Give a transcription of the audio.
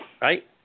Right